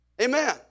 Amen